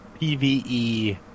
PvE